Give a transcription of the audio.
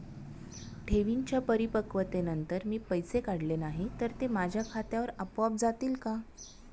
ठेवींच्या परिपक्वतेनंतर मी पैसे काढले नाही तर ते माझ्या खात्यावर आपोआप जातील का?